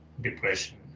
depression